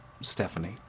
Stephanie